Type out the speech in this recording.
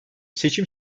seçim